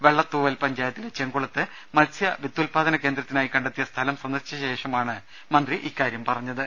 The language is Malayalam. വെള്ളത്തൂവൽ പഞ്ചായത്തി ലെ ചെങ്കുളത്ത് മത്സ്യ വിത്തുത്പാദന കേന്ദ്രത്തിനായി കണ്ടെത്തിയ സ്ഥലം സന്ദർശിച്ച ശേഷമാണ് മന്ത്രി ഇക്കാര്യം പറഞ്ഞത്